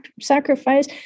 sacrifice